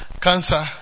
cancer